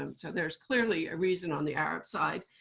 um so there is clearly a reason, on the arab side,